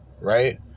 right